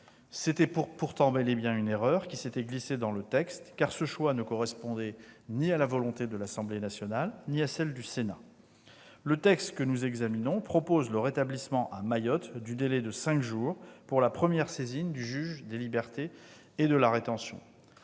C'était pourtant bel et bien une erreur qui s'était glissée dans le texte, car ce choix ne correspondait à la volonté ni de l'Assemblée nationale ni du Sénat. Le texte que nous examinons propose le rétablissement à Mayotte du délai de cinq jours pour la première saisine du juge des libertés et de la détention.